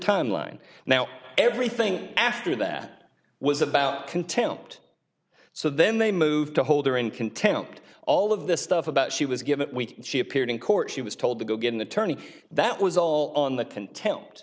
timeline now everything after that was about contempt so then they moved to holder in contempt all of this stuff about she was given a week she appeared in court she was told to go get an attorney that was all on the contempt